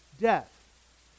death